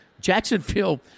Jacksonville